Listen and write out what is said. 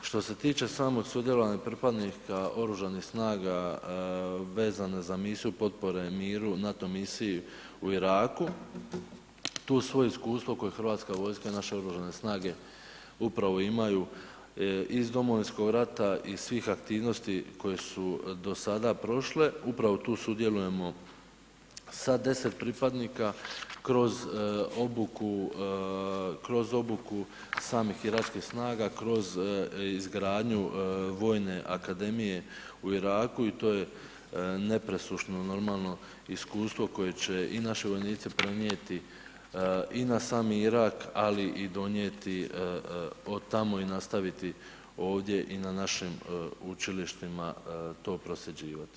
Što se tiče samog sudjelovanja pripadnika oružanih snaga vezane za misiju Potpore miru NATO misiji u Iraku, tu svoje iskustvo koje je Hrvatska vojska i naše oružane snage upravo imaju iz Domovinskog rata i svih aktivnosti koje su do sada prošle, upravo tu sudjelujemo sa 10 pripadnika kroz obuku samih iračkih snaga kroz izgradnju Vojne akademije u Iraku i to je nepresušno normalno iskustvo koje će i naši vojnici prenijeti i na sami Irak, ali i donijeti od tamo i nastaviti ovdje i na našim učilištima to prosljeđivati.